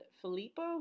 Filippo